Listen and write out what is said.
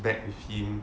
back with him